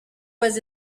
was